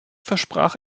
versprach